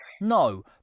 No